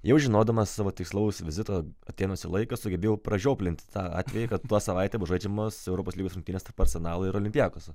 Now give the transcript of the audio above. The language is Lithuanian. jau žinodamas savo tikslaus vizito atėnuose laiką sugebėjau pražioplinti tą atvejį kad tos savaitę bus žaidžiamos europos lygos rungtynės tarp arsenalo ir olimpiakoso